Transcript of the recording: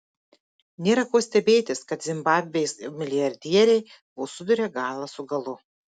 nėra ko stebėtis kad zimbabvės milijardieriai vos suduria galą su galu